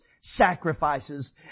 sacrifices